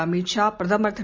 அமித் ஷா பிரதமர் திரு